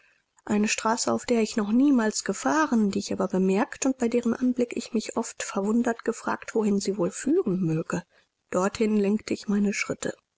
eine straße auf der ich noch niemals gefahren die ich aber bemerkt und bei deren anblick ich noch oft verwundert gefragt wohin sie wohl führen möge dorthin lenkte ich meine schritte